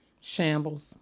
Shambles